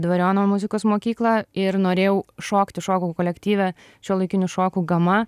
dvariono muzikos mokyklą ir norėjau šokti šokau kolektyve šiuolaikinių šokių gama